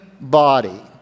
body